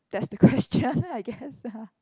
that's the question I guess